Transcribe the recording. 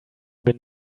been